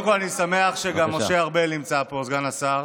קודם כול, אני שמח שגם משה ארבל נמצא פה, סגן השר,